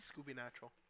Scooby-Natural